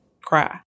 cry